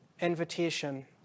invitation